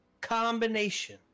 combination